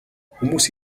хүмүүс